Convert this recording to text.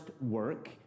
work